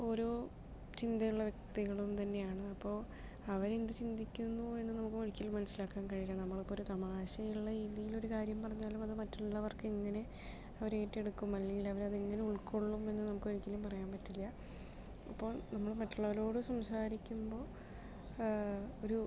ഓരോ ചിന്തയുള്ള വ്യക്തികളും തന്നെയാണ് അപ്പോൾ അവരെന്തു ചിന്തിക്കുന്നു എന്ന് നമുക്ക് ഒരിക്കലും മനസ്സിലാക്കാൻ കഴിയില്ല നമ്മളിപ്പോൾ ഒരു തമാശയുള്ള രീതിയിൽ ഒരു കാര്യം പറഞ്ഞാലും അത് മറ്റുള്ളവർക്ക് എങ്ങനെ അവർ ഏറ്റെടുക്കും അല്ലെങ്കിൽ അവരെങ്ങനെ ഉൾക്കൊള്ളും എന്ന് നമുക്ക് ഒരിക്കലും പറയാൻ പറ്റില്ല അപ്പോൾ നമ്മൾ മറ്റുള്ളവരോട് സംസാരിക്കുമ്പോൾ ഒരു